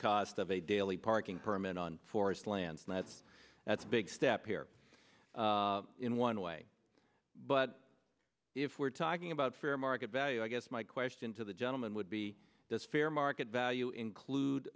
cost of a daily parking permit on forest lands mats that's a big step here in one way but if we're talking about fair market value i guess my question to the gentleman would be the fair market value include